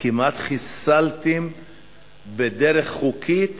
כמעט חיסלתם בדרך חוקית